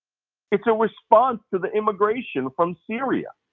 it's a response to the immigration from syria,